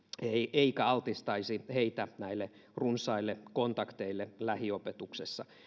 eikä altistaisi heitä näille runsaille kontakteille lähiopetuksessa